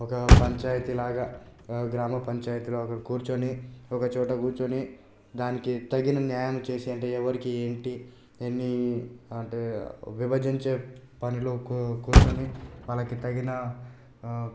ఒక పంచాయతీలాగ గ్రామపంచాయతీ లాగా కూర్చుని ఒక చోట కూర్చొని దానికి తగిన న్యాయం చేసి అంటే ఎవరికి ఏంటి ఎన్ని అంటే విభజించే పనులు కూర్చొని వాళ్లకి తగిన